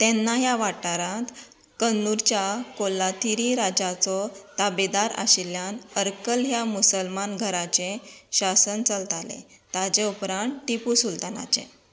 तेन्ना ह्या वाठारांत कन्नूरच्या कोलाथिरी राजांचो ताबेदार आशिल्ल्या अरक्कल ह्या मुसलमान घराचे शासन चलतालें ताचे उपरांत टिपू सुलतानाचें